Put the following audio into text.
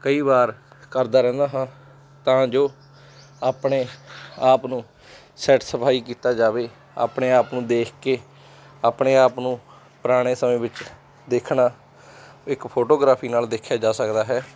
ਕਈ ਵਾਰ ਕਰਦਾ ਰਹਿੰਦਾ ਹਾਂ ਤਾਂ ਜੋ ਆਪਣੇ ਆਪ ਨੂੰ ਸੈਟਸਫਾਈ ਕੀਤਾ ਜਾਵੇ ਆਪਣੇ ਆਪ ਨੂੰ ਦੇਖ ਕੇ ਆਪਣੇ ਆਪ ਨੂੰ ਪੁਰਾਣੇ ਸਮੇਂ ਵਿੱਚ ਦੇਖਣਾ ਇੱਕ ਫੋਟੋਗ੍ਰਾਫੀ ਨਾਲ ਦੇਖਿਆ ਜਾ ਸਕਦਾ ਹੈ